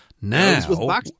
Now